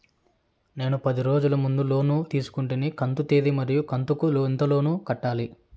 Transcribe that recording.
నేను పది రోజుల ముందు లోను తీసుకొంటిని కంతు తేది మరియు కంతు కు ఎంత లోను కట్టాలి?